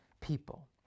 people